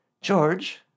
George